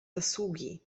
zasługi